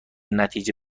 نتیجه